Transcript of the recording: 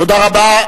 תודה רבה.